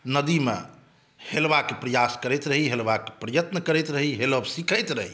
नदीमे हेलबाक प्रयास करैत रही हेलबाक प्रयत्न करैत रही हेलब सीख़ैत रही